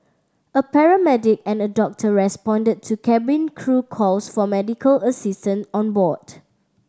a paramedic and a doctor responded to cabin crew calls for medical assistance on board